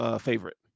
favorite